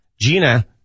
Gina